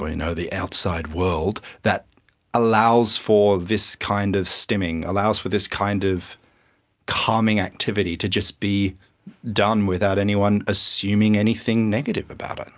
ah you know the outside world that allows for this kind of stimming, allows for this kind of calming activity to just be done without anyone assuming anything negative about it.